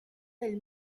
del